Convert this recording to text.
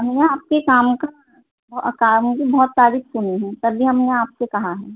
ہم نے آپ کے کام کا کام کی بہت تعریف سنی ہے تبھی ہم نے آپ سے کہا ہے